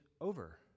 over